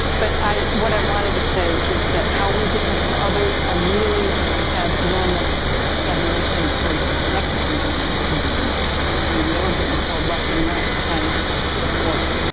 but i, what i wanted to say is that how are we different from others, i really have enormous admiration for the mexican journalists that were doing that. and they were getting killed left and right trying to report.